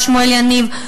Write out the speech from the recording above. שמואל יניב,